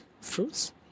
fruits